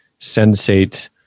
sensate